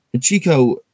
Chico